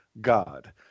God